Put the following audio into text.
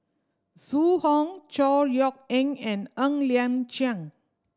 Zhu Hong Chor Yeok Eng and Ng Liang Chiang